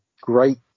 great